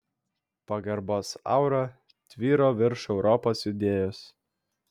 pagarbos aura tvyro virš europos idėjos